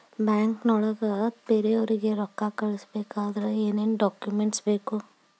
ಬ್ಯಾಂಕ್ನೊಳಗ ಬೇರೆಯವರಿಗೆ ರೊಕ್ಕ ಕಳಿಸಬೇಕಾದರೆ ಏನೇನ್ ಡಾಕುಮೆಂಟ್ಸ್ ಬೇಕು?